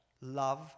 love